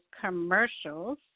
commercials